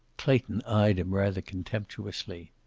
clayton eyed him rather contemptuously.